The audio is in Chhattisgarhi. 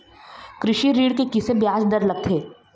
कृषि ऋण के किसे ब्याज दर लगथे?